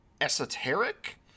esoteric